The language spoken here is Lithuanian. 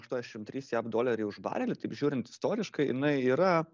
aštuoniasdešim trys jav doleriai už barelį taip žiūrint istoriškai jinai yra